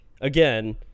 again